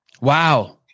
Wow